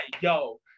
Yo